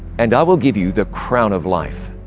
and i will give you the crown of life.